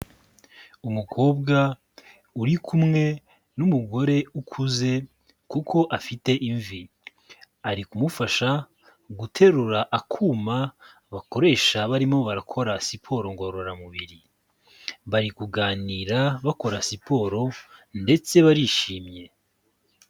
Umukobwa uri kumwe n'umugore ukuze kuko afite imvi, ari kumufasha guterura akuma bakoresha barimo barakora siporo ngororamubiri, bari kuganira bakora siporo ndetse barishimye.